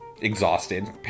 Exhausted